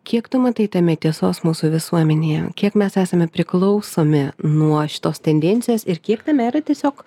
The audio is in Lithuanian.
kiek tu matai tame tiesos mūsų visuomenėje kiek mes esame priklausomi nuo šitos tendencijos ir kiek tame yra tiesiog